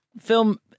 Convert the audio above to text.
film